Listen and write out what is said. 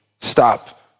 stop